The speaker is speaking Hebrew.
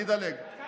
עם